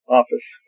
office